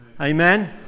Amen